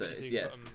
Yes